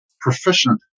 proficient